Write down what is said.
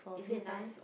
is it nice